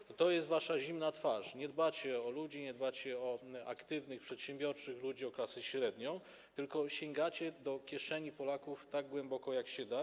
I to jest wasza zimna twarz, nie dbacie o ludzi, nie dbacie o aktywnych, przedsiębiorczych ludzi, o klasę średnią, tylko sięgacie do kieszeni Polaków tak głęboko, jak się da.